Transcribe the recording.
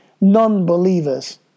non-believers